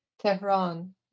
Tehran